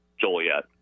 Joliet